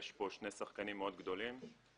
יש פה שני שחקנים גדולים מאוד.